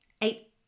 Eight